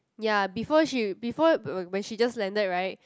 ya before she before when she just landed right